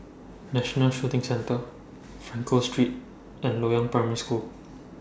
National Shooting Centre Frankel Street and Loyang Primary School